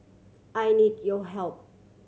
I need your help